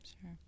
Sure